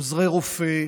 עוזרי רופא,